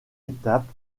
étape